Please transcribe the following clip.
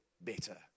better